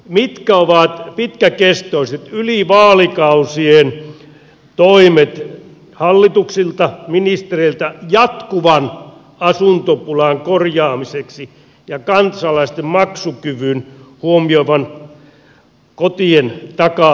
mitkä ovat pitkäkestoiset yli vaalikausien toimet hallituksilta ministereiltä jatkuvan asuntopulan korjaamiseksi ja kansalaisten maksukyvyn huomioivien kotien takaamiseksi